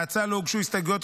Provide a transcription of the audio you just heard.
להצעה לא הוגשו הסתייגויות,